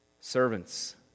Servants